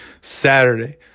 Saturday